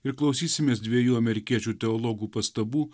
ir klausysimės dviejų amerikiečių teologų pastabų